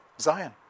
Zion